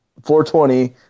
420